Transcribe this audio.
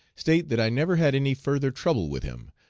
state that i never had any further trouble with him,